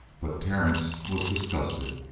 but terence was disgusted.